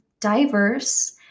diverse